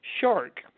shark